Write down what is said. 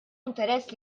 interess